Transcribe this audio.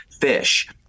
fish